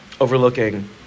overlooking